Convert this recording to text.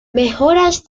mejoras